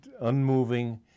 unmoving